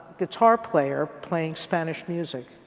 guitar player, playing spanish music.